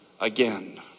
again